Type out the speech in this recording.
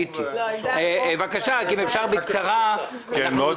אם אפשר בקצרה כי אנחנו רוצים להתקדם.